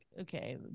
okay